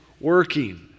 working